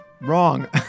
Wrong